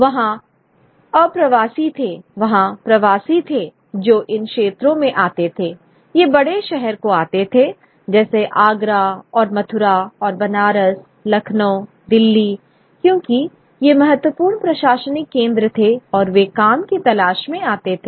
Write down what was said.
वहां अप्रवासी थे वहां प्रवासी थे जो इन क्षेत्रों में आते थे ये बड़े शहर को आते थे जैसे आगरा और मथुरा और बनारस लखनऊ दिल्ली क्योंकि ये महत्वपूर्ण प्रशासनिक केंद्र थे और वे काम की तलाश में आते थे